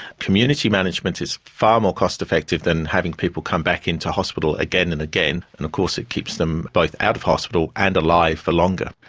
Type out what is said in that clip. community management is far more cost effective than having people come back into hospital again and again, and of course it keeps them both out of hospital and alive for longer.